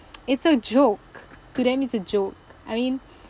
it's a joke to them it's a joke I mean